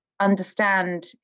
understand